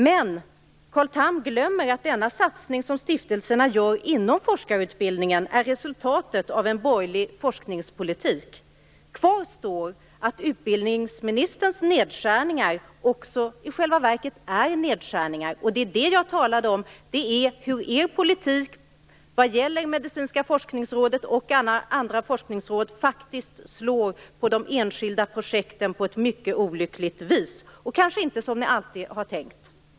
Men Carl Tham glömmer att denna satsning, som stiftelserna gör inom forskarutbildningen, är resultatet av en borgerlig forskningspolitik. Kvar står att utbildningsministerns nedskärningar i själva verket är nedskärningar. Det var det jag talade om, hur er politik vad gäller Medicinska forskningsrådet och andra forskningsråd faktiskt slår mot de enskilda projekten på ett mycket olyckligt vis och kanske inte alltid som ni har tänkt.